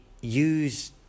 use